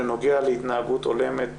שנוגע להתנהגות הולמת